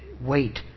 Wait